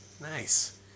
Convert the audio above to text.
Nice